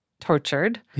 tortured